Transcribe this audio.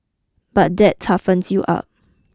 but that toughens you up